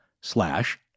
Slash